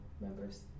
members